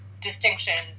distinctions